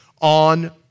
on